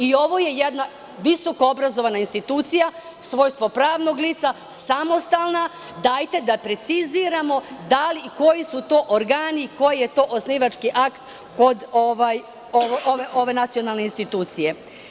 I ovo je jedna visokoobrazovna institucija, svojstvo pravnog lica, samostalna, dajte da preciziramo koji su to organi i koji je to osnivački akt kod ove nacionalne institucije.